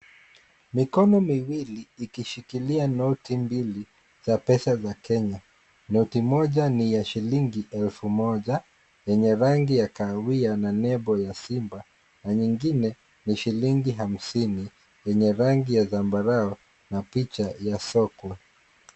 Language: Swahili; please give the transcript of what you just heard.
Mikono miwili ikishikilia noti mbili za pesa za Kenya. Noti moja ni ya shilingi elfu moja yenye rangi ya kahawia na nembo ya Simba na nyingine ni shilingi hamsinini yenye rangi ya zambarau na picha ya soko.